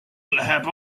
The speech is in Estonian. läheb